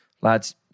lads